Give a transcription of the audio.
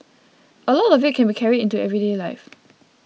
a lot of it can be carried into everyday life